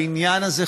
בעניין הזה,